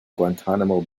guantanamo